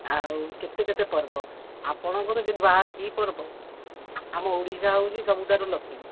ଆଉ କେତେ କେତେ ପର୍ବ ଆପଣଙ୍କର ସେଇଠି ବାହାରେ କି ପର୍ବ ଆମ ଓଡ଼ିଶା ହେଉଛି ସବୁଠାରୁ ଲକି